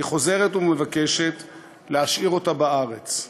היא חוזרת ומבקשת להשאיר אותה בארץ.